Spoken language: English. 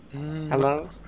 Hello